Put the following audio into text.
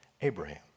Abraham